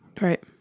Right